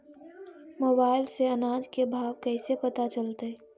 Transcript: Mobile से अनाज के भाव कैसे पता चलतै?